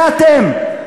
כן, זה אתם.